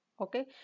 okay